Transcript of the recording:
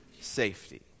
safety